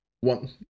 one